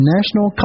National